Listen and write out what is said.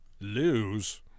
lose